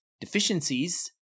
deficiencies